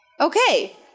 Okay